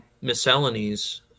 miscellanies